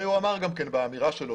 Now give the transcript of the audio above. הוא אמר באמירה שלו,